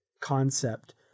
concept